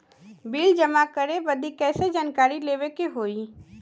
Bill जमा करे बदी कैसे जानकारी लेवे के होई?